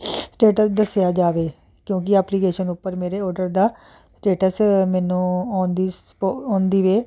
status ਦੱਸਿਆ ਜਾਵੇ ਕਿਉਂਕਿ ਐਪਲੀਕੇਸ਼ਨ ਉੱਪਰ ਮੇਰੇ ਓਡਰ ਦਾ ਸਟੇਟਸ ਮੈਨੂੰ on the spot on the way